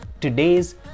today's